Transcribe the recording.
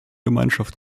gemeinschaft